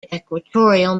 equatorial